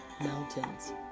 Mountains